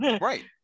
right